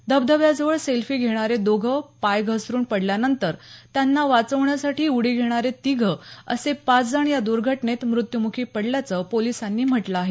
धबधब्याजवळ सेल्फी घेणारे दोघं पाय घसरून पडल्यानंतर त्यांना वाचवण्यासाठी उडी घेणारे तिघं असे पाच जण या दूर्घटनेत मृत्यूमुखी पडल्याचं पोलिसांनी म्हटलं आहे